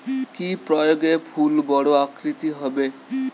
কি প্রয়োগে ফুল বড় আকৃতি হবে?